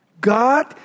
God